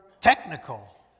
technical